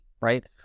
right